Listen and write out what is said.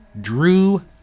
drew